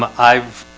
um i've